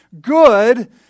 good